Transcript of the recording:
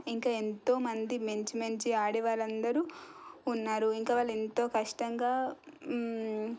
ఇంకా ఎంతో మంది మంచి మంచి ఆడేవాళ్ళు అందరూ ఉన్నారు ఇంకా వాళ్ళు ఎంతో కష్టంగా